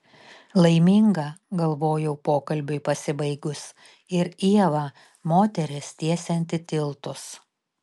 laiminga galvojau pokalbiui pasibaigus ir ieva moteris tiesianti tiltus